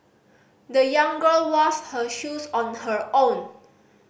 the young girl washed her shoes on her own